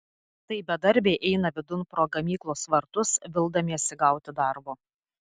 tai bedarbiai eina vidun pro gamyklos vartus vildamiesi gauti darbo